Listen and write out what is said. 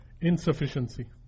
insufficiency